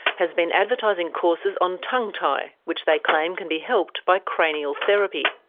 has been advertising courses on tongue tie, which they claim can be helped by cranial therapy.